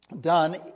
done